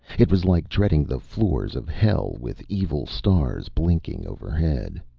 it was like treading the floors of hell with evil stars blinking overhead.